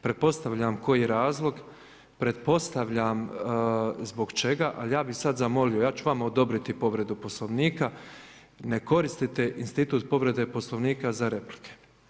Pretpostavljam koji razlog, pretpostavljam zbog čega ali ja bi sad zamolio, ja ću vama odobriti povredu Poslovnika, ne koristite institut povrede Poslovnika za replike.